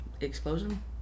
explosion